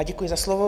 Děkuji za slovo.